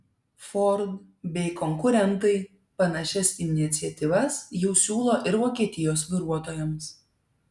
ford bei konkurentai panašias iniciatyvas jau siūlo ir vokietijos vairuotojams